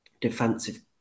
defensive